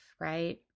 right